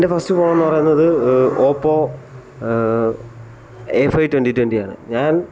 എൻ്റെ ഫസ്റ്റ് ഫോണെന്ന് പറയുന്നത് ഓപ്പോ എ ഫൈവ് ട്വൻറ്റി ട്വൻറ്റിയാണ് ഞാൻ